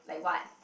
like what